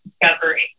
discovery